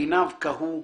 עיניו כהו,